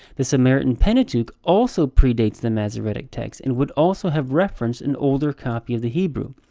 the samaritan pentateuch also pre-dates the masoretic text and would also have referenced an older copy of the hebrew.